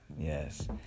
yes